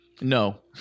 No